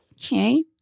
Okay